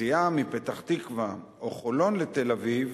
נסיעה מפתח-תקווה או מחולון לתל-אביב